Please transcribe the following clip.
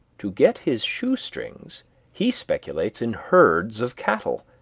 to get his shoestrings he speculates in herds of cattle.